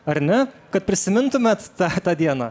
ar ne kad prisimintumėt tą tą dieną